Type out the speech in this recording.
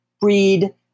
breed